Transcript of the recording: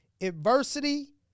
Adversity